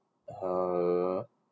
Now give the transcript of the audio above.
uh